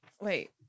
Wait